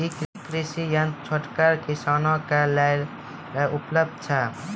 ई कृषि यंत्र छोटगर किसानक लेल उपलव्ध छै?